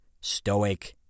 stoic